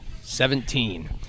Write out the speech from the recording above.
Seventeen